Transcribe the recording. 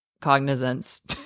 cognizance